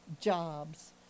jobs